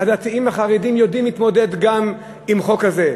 הדתיים והחרדים יודעים להתמודד גם עם חוק כזה.